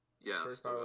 Yes